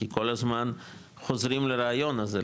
כי כל הזמן חוזרים לרעיון הזה,